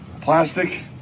plastic